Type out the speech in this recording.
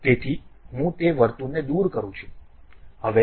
તેથી હું તે વર્તુળને દૂર કરું છું